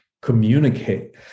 communicate